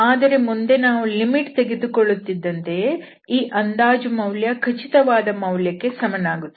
ಆದರೆ ಮುಂದೆ ನಾವು ಲಿಮಿಟ್ ತೆಗೆದುಕೊಳ್ಳುತ್ತಿದ್ದಂತೆಯೇ ಈ ಅಂದಾಜು ಮೌಲ್ಯ ಖಚಿತವಾದ ಮೌಲ್ಯಕ್ಕೆ ಸಮನಾಗುತ್ತದೆ